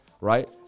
right